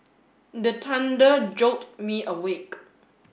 the thunder jolt me awake